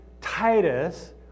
Titus